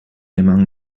among